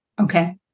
Okay